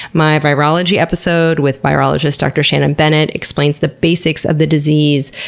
my virology episode with virologist dr. shannon bennett explains the basics of the disease,